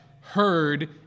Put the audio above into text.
heard